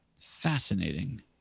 Fascinating